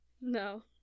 no